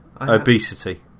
Obesity